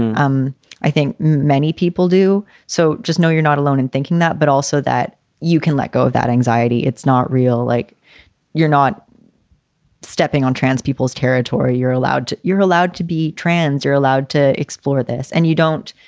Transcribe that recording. and um i think many people do. so just know you're not alone in thinking that. but also that you can let go of that anxiety. it's not real like you're not stepping on trans people's territory, you're allowed to you're allowed to be trans, you're allowed to explore this and you don't.